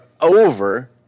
over